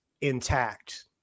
intact